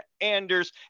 Anders